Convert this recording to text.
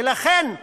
ולכן,